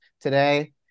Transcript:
today